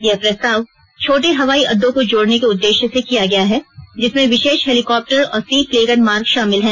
यह प्रस्ताव छोटे हवाई अड्डों को जोड़ने के उद्देश्य से किया गया है जिसमें विशेष हेलिकॉप्टर और सी प्लेन मार्ग शामिल हैं